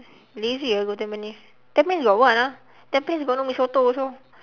lazy ah go tampines tampines got what ah tampines got no mee soto also